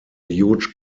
huge